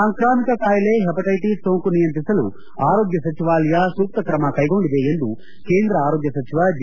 ಸಾಂಕಾಮಿಕ ಕಾಯಿಲೆ ಹೆಪಟ್ಟೆಟೀಸ್ ಸೋಂಕು ನಿಯೆಂತ್ರಿಸಲು ಆರೋಗ್ತ ಸಚಿವಾಲಯ ಸೂಕ್ಷ ಕ್ರಮ ಕೈಗೊಂಡಿದೆ ಎಂದು ಕೇಂದ್ರ ಆರೋಗ್ತ ಸಚಿವ ಜೆ